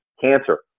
cancer